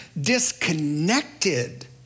disconnected